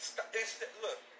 Look